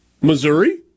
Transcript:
Missouri